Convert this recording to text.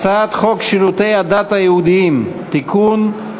הצעת חוק שירותי הדת היהודיים (תיקון,